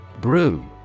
Brew